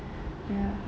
ya